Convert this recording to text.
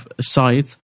site